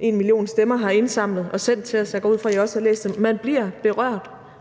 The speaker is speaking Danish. enmillionstemmer har indsamlet og sendt til os, og jeg går ud fra, at I også har læst dem. Man bliver berørt,